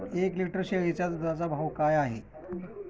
एक लिटर शेळीच्या दुधाचा भाव काय आहे?